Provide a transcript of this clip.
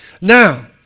Now